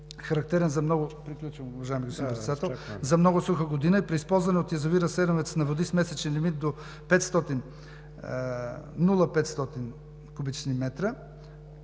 характерен за много суха година и при използване от язовир „Асеновец“ на води с месечен лимит до 0,500 куб. м,